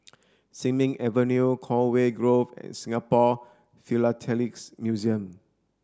Sin Ming Avenue Conway Grove and Singapore Philatelic Museum